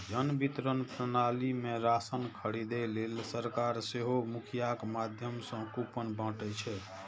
जन वितरण प्रणाली मे राशन खरीदै लेल सरकार सेहो मुखियाक माध्यम सं कूपन बांटै छै